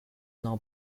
now